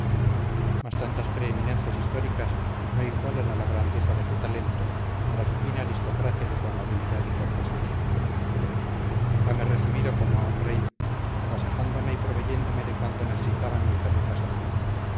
mas tantas preeminencias históricas no igualan a la grandeza de su talento a la supina aristocracia de su amabilidad y cortesanía hame recibido como a un rey agasajándome y proveyéndome de cuanto necesitaba mi caduca salud